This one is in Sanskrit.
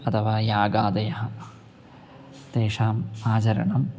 अथवा यागादयः तेषाम् आचरणम्